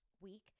week